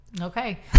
Okay